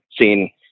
seen